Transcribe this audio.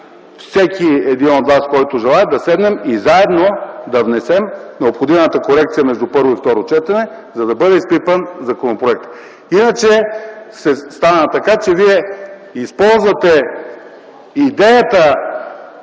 всеки един от вас, който желае, да седнем и заедно да внесем необходимата корекция между първо и второ четене, за да бъде изпипан законопроектът. Иначе ще стане така, че вие използвате идеята